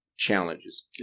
challenges